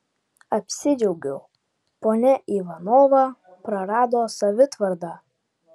apsidžiaugiau ponia ivanova prarado savitvardą